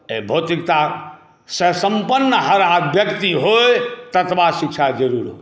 भौतिकतासँ सम्पन्न हर व्यक्ति होइ ततबा शिक्षा जरूर होइ